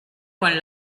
con